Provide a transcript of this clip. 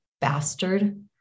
bastard